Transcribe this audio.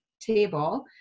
table